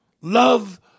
love